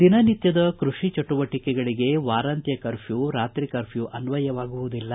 ದಿನನಿತ್ಯದ ಕೃಷಿ ಚಟುವಟಿಕೆಗಳಿಗೆ ವಾರಾಂತ್ಯ ಕರ್ಪ್ಲೂ ನೈಟ್ ಕರ್ಪ್ಲೂ ಅನ್ನಯವಾಗುವುದಿಲ್ಲ